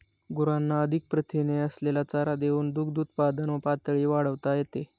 गुरांना अधिक प्रथिने असलेला चारा देऊन दुग्धउत्पादन पातळी वाढवता येते